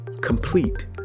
Complete